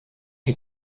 die